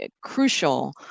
crucial